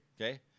Okay